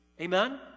Amen